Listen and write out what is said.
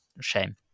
shame